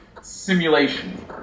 simulation